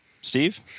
Steve